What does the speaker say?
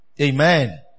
Amen